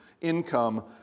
income